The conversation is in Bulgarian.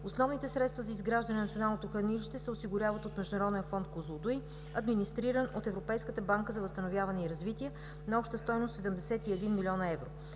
Основните средства за изграждане на Националното хранилище се осигуряват от Международен фонд „Козлодуй“, администриран от Европейската банка за възстановяване и развитие, на обща стойност 71 млн. евро.